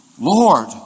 Lord